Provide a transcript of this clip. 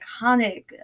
iconic